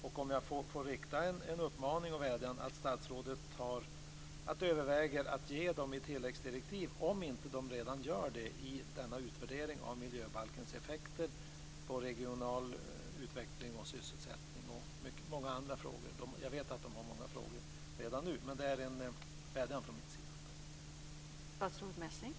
Jag skulle vilja rikta en uppmaning och en vädjan till statsrådet att överväga att ge ett tilläggsdirektiv till utvärderingen av miljöbalkens effekter på regional utveckling och sysselsättning, om man inte redan har med detta. Jag vet att de har många frågor redan nu. Men detta är en vädjan från min sida.